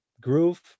groove